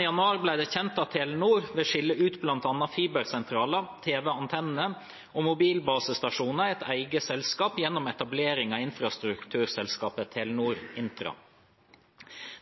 januar ble det kjent at Telenor vil skille ut blant annet fibersentraler, TV-antenner og mobilbasestasjoner i et eget selskap gjennom etablering av infrastrukturselskapet Telenor Infra.